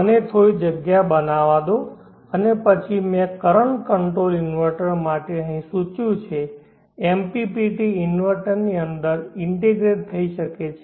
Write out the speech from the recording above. મને થોડી જગ્યા બનાવવા દો અને પછી મેં કરંટ કંટ્રોલ ઇન્વર્ટર માટે અહીં સૂચવ્યું છે MPPT ઇન્વર્ટરની અંદર ઇંટિગ્રેટ થઈ શકે છે